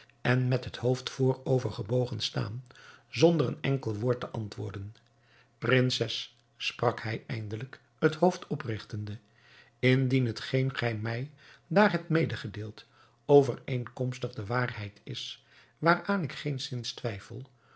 en met het hoofd voorover gebogen staan zonder een enkel woord te antwoorden prinses sprak hij eindelijk het hoofd oprigtende indien hetgeen gij mij daar hebt medegedeeld overeenkomstig de waarheid is waaraan ik geenszins twijfel